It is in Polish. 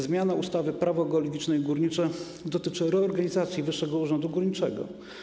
Zmiana ustawy - Prawo geologiczne i górnicze dotyczy reorganizacji Wyższego Urzędu Górniczego.